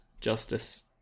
justice